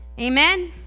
amen